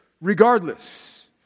regardless